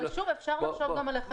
אבל שוב, אפשר לחשוב גם על לחייב.